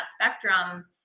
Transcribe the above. spectrum